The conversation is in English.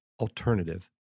alternative